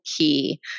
key